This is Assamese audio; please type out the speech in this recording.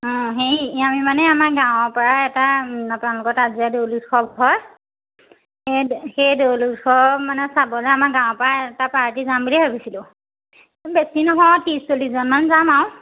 অঁ হেৰি আমি মানে আমাৰ গাঁৱৰপৰা এটা আপোনালোকৰ তাত যে দৌল উৎসৱ হয় সেই সেই দৌল উৎসৱ মানে চাবলৈ মানে আমাৰ গাঁৱৰপৰা এটা পাৰ্টি যাম বুলি ভাবিছিলোঁ বেছি নহয় ত্ৰিছ চল্লিছজনমান যাম আৰু